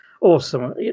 awesome